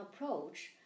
approach